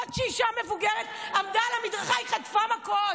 ולמרות שאישה מבוגרת עמדה על המדרכה היא חטפה מכות.